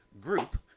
group